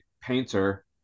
painter